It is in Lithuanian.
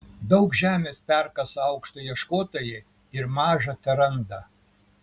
daug žemės perkasa aukso ieškotojai ir maža teranda